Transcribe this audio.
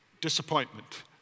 disappointment